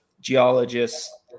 geologists